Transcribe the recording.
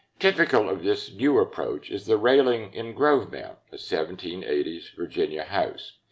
typical of this new approach is the railing in grove mount, a seventeen eighty s virginia house.